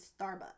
Starbucks